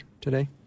today